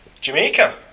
Jamaica